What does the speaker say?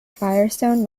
firestone